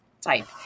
type